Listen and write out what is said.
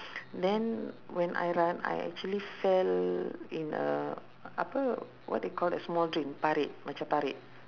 then when I run I actually fell in a apa what they call it small drain parit macam parit